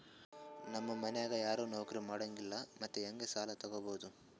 ನಮ್ ಮನ್ಯಾಗ ಯಾರೂ ನೌಕ್ರಿ ಮಾಡಂಗಿಲ್ಲ್ರಿ ಮತ್ತೆಹೆಂಗ ಸಾಲಾ ತೊಗೊಬೌದು?